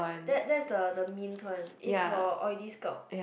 that that is the the mint one is for oily scalp